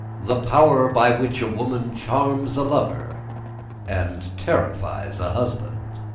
the power by which a woman charms a lover and terrifies a husband.